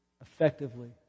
effectively